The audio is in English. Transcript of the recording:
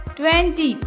twenty